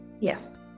yes